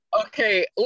Okay